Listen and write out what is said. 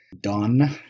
done